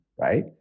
right